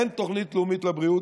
אין תוכנית לאומית לבריאות,